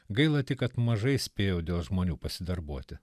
gaila tik kad mažai spėjau dėl žmonių pasidarbuoti